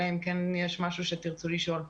אלא אם כן יש משהו שתרצו לשאול.